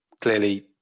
clearly